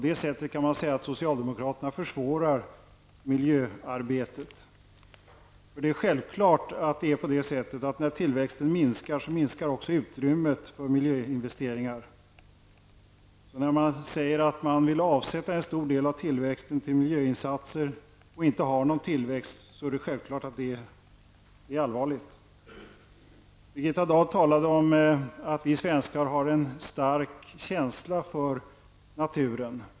Därför kan man säga att socialdemokraterna försvårar miljöarbetet. Det är självklart att utrymmet för miljöinvesteringar minskar när tillväxten minskar. När socialdemokraterna därför säger att de vill avsätta en stor del av tillväxten för miljöinsatser och det inte finns någon tillväxt, är det klart att läget är allvarligt. Birgitta Dahl sade att vi svenskar har en stark känsla för naturen.